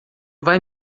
vai